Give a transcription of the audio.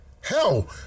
hell